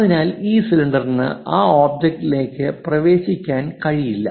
അതിനാൽ ഈ സിലിണ്ടറിന് ആ ഒബ്ജക്റ്റിലേക്ക് പ്രവേശിക്കാൻ കഴിയില്ല